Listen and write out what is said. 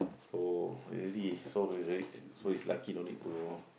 so already solved already so is lucky no need to